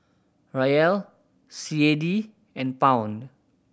Riel C A D and Pound